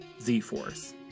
Z-Force